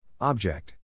Object